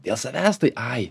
dėl savęs tai ai